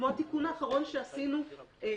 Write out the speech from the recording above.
כמו התיקון האחרון שעשינו עכשיו,